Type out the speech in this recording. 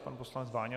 Pan poslanec Váňa.